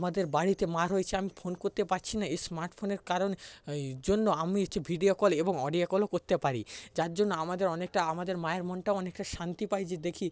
আমাদের বাড়িতে মা রয়েছে আমি ফোন করতে পারছি না এই স্মার্টফোনের কারণে ওই জন্য আমি হচ্ছে ভিডিও কল এবং অডিও কলও করতে পারি যার জন্য আমাদের অনেকটা আমাদের মায়ের মনটাও অনেকটা শান্তি পায় যে দেখি